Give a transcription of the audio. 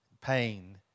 pain